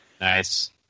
Nice